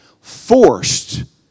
forced